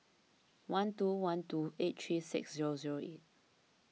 one two one two eight three six zero zero eight